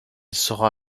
sera